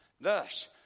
Thus